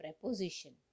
preposition